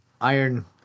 iron